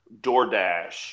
DoorDash